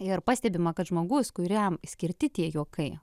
ir pastebima kad žmogus kuriam skirti tie juokai